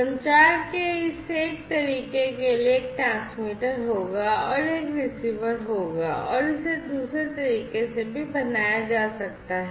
संचार के इस एक तरीके के लिए एक ट्रांसमीटर होगा और एक रिसीवर होगा और इसे दूसरे तरीके से भी बनाया जा सकता है